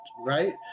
right